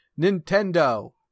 Nintendo